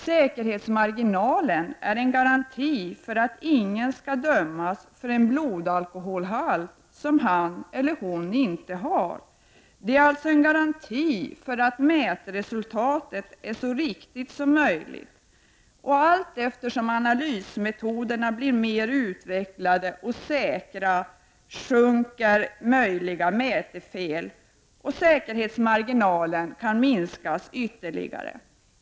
Säkerhetsmarginalen är en garanti för att ingen skall dömas för en blodalkoholhalt som han eller hon inte har. Det är alltså en garanti för att mätresultatet är så riktigt som möjligt. Allteftersom analysmetoderna blir mer utvecklade och säkrare, minskar risken för mätfel, och säkerhetsmarginalen kan då minskas ytterligare.